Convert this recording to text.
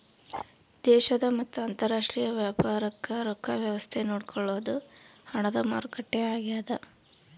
ದೇಶದ ಮತ್ತ ಅಂತರಾಷ್ಟ್ರೀಯ ವ್ಯಾಪಾರಕ್ ರೊಕ್ಕ ವ್ಯವಸ್ತೆ ನೋಡ್ಕೊಳೊದು ಹಣದ ಮಾರುಕಟ್ಟೆ ಆಗ್ಯಾದ